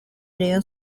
rayon